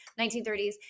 1930s